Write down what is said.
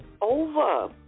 over